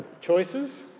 choices